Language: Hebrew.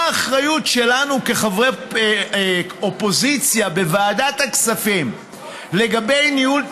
מה האחריות שלנו כחברי אופוזיציה בוועדת הכספים לגבי ניהול תקציבים,